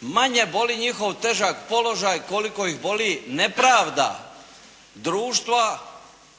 manje boli njihov težak položaj koliko ih boli nepravda društva